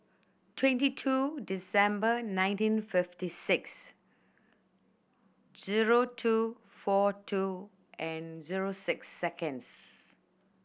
twenty two December nineteen fifty six zero two four two and zero six seconds